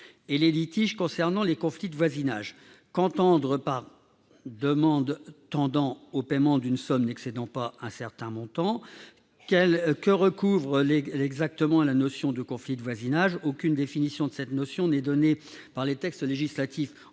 que les litiges concernant les conflits de voisinage. Qu'entendre par « demandes tendant au paiement d'une somme n'excédant pas un certain montant »? Que recouvre exactement la notion de « conflits de voisinage »? Aucune définition n'en est donnée par les textes législatifs